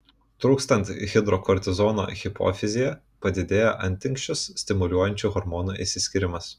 trūkstant hidrokortizono hipofizyje padidėja antinksčius stimuliuojančių hormonų išsiskyrimas